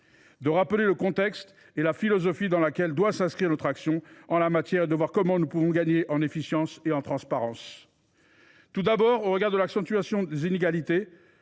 de rappeler le contexte, ainsi que la philosophie dans laquelle doit s’inscrire notre action en la matière, afin de voir comment nous pouvons gagner en efficience et en transparence. Tout d’abord, au regard de l’accentuation des inégalités,